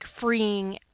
freeing